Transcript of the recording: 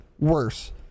worse